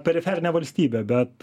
periferinė valstybė bet